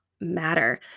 matter